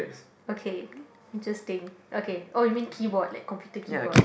okay interesting okay oh you mean keyboard like computer keyboard